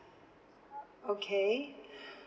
okay